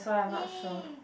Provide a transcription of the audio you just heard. ya